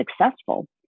successful